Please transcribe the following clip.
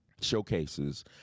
showcases